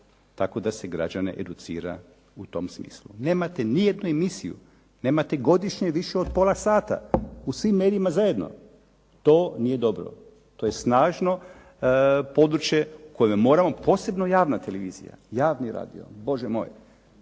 tako da se građane educira u tom smislu. Nemate ni jednu emisiju, nemate godišnje više od pola sata u svim medijima zajedno. To nije dobro. To je snažno područje u kojemu moramo, posebno javna televizija, javni radio. Bože moj,